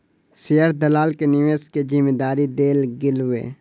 share दलाल के निवेश के जिम्मेदारी देल गेलै